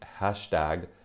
Hashtag